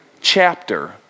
chapter